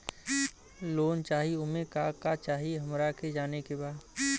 Loan चाही उमे का का चाही हमरा के जाने के बा?